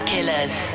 Killers